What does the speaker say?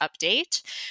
Update